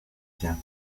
siens